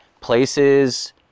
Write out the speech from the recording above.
places